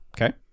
Okay